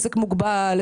עסק מוגבל,